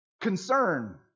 Concern